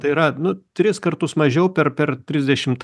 tai yra nu tris kartus mažiau per per trisdešimt